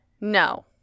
No